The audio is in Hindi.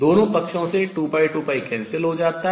दोनों पक्षों से 2π 2π cancel रद्द हो जाता है